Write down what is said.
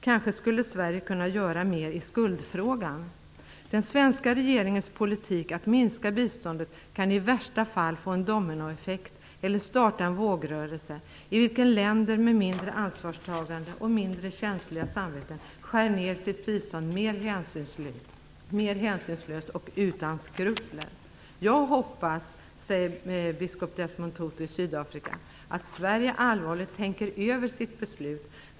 Kanske skulle Sverige kunna göra mer i skuldfrågan. Den svenska regeringens politik att minska biståndet kan i värsta fall få en dominoeffekt eller starta en vågrörelse i vilken länder med mindre ansvarstagande och mindre känsliga samveten skär ner sitt bistånd mer hänsynslöst och utan skrupler. Jag hoppas, säger biskop Desmond Tutu i Sydafrika, att Sverige allvarligt tänker över sitt beslut.